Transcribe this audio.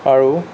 আৰু